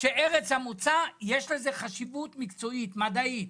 שלארץ המוצא יש חשיבות מקצועית ומדעית.